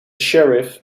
sheriff